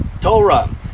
Torah